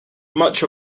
much